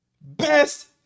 Best